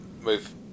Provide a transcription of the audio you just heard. Move